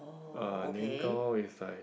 uh Nian-Gao is like